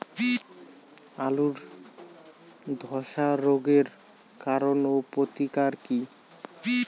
আলুর ধসা রোগের কারণ ও প্রতিকার কি?